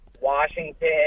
washington